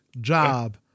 job